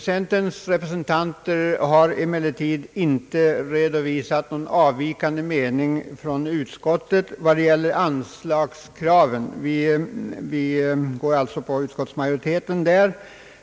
Centerns representanter har emellertid inte redovisat någon mening som avviker från utskottets i fråga om anslagskraven. Vi biträder alltså därvidlag utskottsmajoriteten.